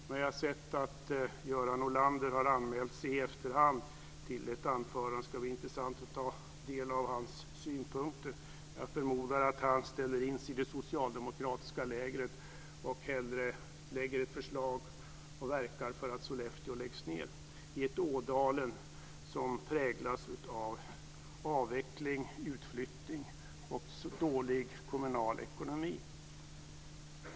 Men jag har sett att Göran Norlander har anmält sig i efterhand till ett anförande. Det ska bli intressant att ta del av hans synpunkter. Jag förmodar att han ställer in sig i det socialdemokratiska lägret och hellre lägger ett förslag och verkar för att Sollefteå garnison läggs ned i ett Ådalen som präglas av avveckling, utflyttning och dålig kommunal ekonomi.